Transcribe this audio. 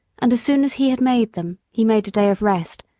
and as soon as he had made them he made a day of rest,